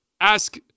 Ask